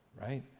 right